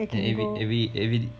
good lah then I can go